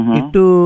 itu